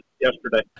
yesterday